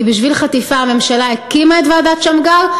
כי בשביל חטיפה הממשלה הקימה את ועדת שמגר,